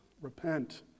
repent